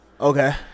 Okay